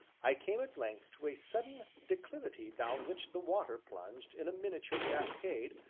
i came at length to a sudden declivity down which the water plunged in a miniature cascade,